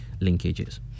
linkages